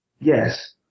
Yes